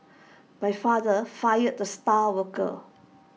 my father fired the star worker